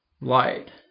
light